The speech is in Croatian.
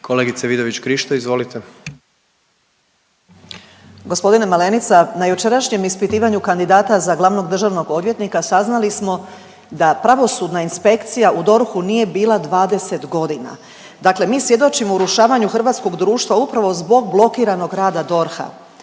izvolite. **Vidović Krišto, Karolina (OIP)** Gospodine Malenica na jučerašnjem ispitivanju kandidata za glavnog državnog odvjetnika saznali smo da pravosudna inspekcija u DORH-u nije bila 20 godina. Dakle, mi svjedočimo urušavanju hrvatskog društva upravo zbog blokiranog rada DORH-a.